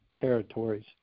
territories